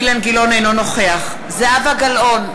אינו נוכח זהבה גלאון,